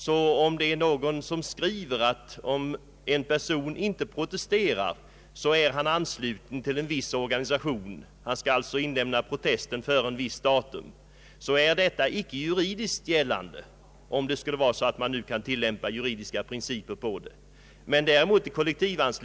En organisation kan skriva ett brev till en person och säga att om han inte inlämnar protest inom viss tid är han ansluten till organisationen i fråga, men detta är inte bindande om juridiska principer skall tillämpas.